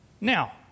Now